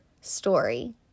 story